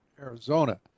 Arizona